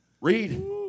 read